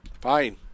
Fine